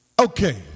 Okay